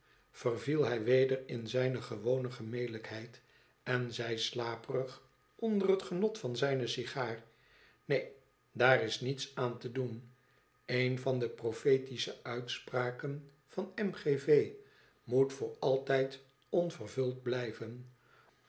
verviel hij weder in zijne gewone gemelijkheid en zei slaperig onder het genot van zijne sigaar ineen daar is niets aan te doen een van de profetische uitspraken van m g v moet voor altijd onvervuld blijven